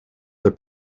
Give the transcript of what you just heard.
the